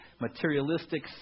materialistic